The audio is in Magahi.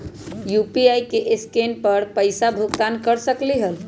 यू.पी.आई से स्केन कर पईसा भुगतान कर सकलीहल?